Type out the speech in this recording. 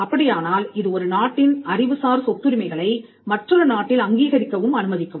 அப்படியானால் இது ஒரு நாட்டின் அறிவுசார் சொத்துரிமைகளை மற்றொரு நாட்டில் அங்கீகரிக்கவும் அனுமதிக்கும்